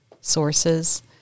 sources